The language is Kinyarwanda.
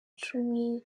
cumi